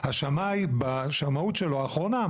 השמאי בשמאות שלו האחרונה,